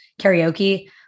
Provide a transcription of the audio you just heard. karaoke